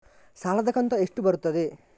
ಸಾಲದ ಕಂತು ಎಷ್ಟು ಬರುತ್ತದೆ?